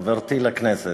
חברתי לכנסת.